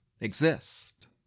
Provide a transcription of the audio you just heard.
exist